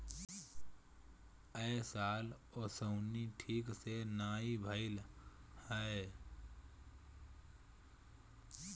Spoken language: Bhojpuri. ए साल ओंसउनी ठीक से नाइ भइल हअ